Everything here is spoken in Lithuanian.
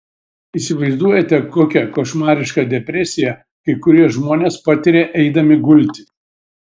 įsivaizduojate kokią košmarišką depresiją kai kurie žmonės patiria eidami gulti